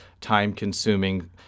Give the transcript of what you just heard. time-consuming